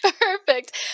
Perfect